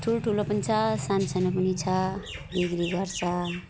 ठुल्ठुलो पनि छ सान्सानो पनि छ बिक्री गर्छ